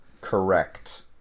Correct